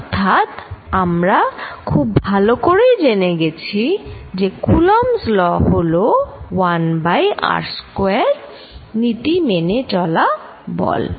অর্থাৎ আমরা খুব ভালো করেই জেনে গেছি যে কুলম্বস ল'Coulumb's Law হল 1 বাই r স্কয়ার নীতি মেনে চলা বল